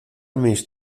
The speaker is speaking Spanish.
mis